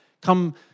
come